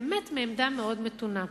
באמת מעמדה מאוד מתונה.